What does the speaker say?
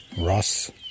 Ross